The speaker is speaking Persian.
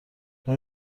آیا